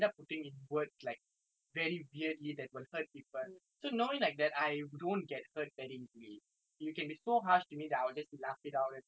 so knowing like that I don't get hurt very easily you can be so harsh to me that I will just laugh it out and go but I just